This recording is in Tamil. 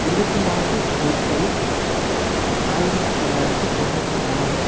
இருபத்தி நான்கு ஏப்ரல் ஆயிரத்தி தொள்ளாயிரத்தி தொண்ணூற்றி நாலு